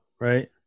right